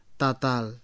tatal